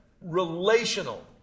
relational